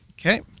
Okay